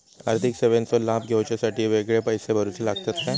आर्थिक सेवेंचो लाभ घेवच्यासाठी वेगळे पैसे भरुचे लागतत काय?